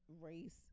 race